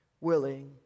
willing